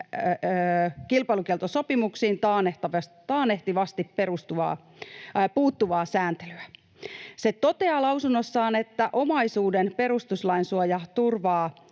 kilpailukieltosopimuksiin taannehtivasti puuttuvaa sääntelyä. Se toteaa lausunnossaan, että omaisuuden perustuslainsuoja turvaa